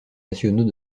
nationaux